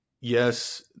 yes